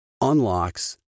unlocks